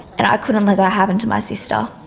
and i couldn't let that happen to my sister.